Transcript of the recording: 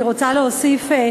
אני רוצה להוסיף,